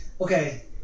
okay